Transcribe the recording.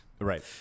Right